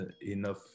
enough